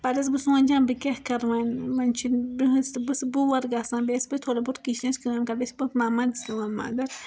پَتہٕ ٲسس بہٕ سونٛچان بہٕ کیاہ کرٕ وۄنۍ وۄنۍ چھُنہِ بہٕ ٲسس بور گژھان بیٚیہِ ٲسۍ پَتہٕ تھوڑا بہت پَتہِ کِچنٕچ کأم کران بہٕ ٲسس پَتہٕ مَمس تہِ دوان مدد